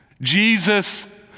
Jesus